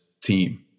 team